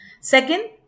Second